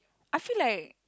I feel like